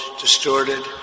distorted